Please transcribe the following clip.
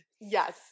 yes